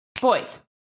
boys